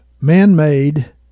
man-made